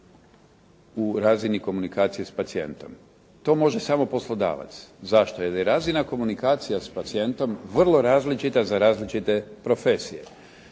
u razini komunikacije s pacijentom? To može samo poslodavac. Zašto? Jer je razina komunikacija s pacijentom vrlo različita za različite profesije.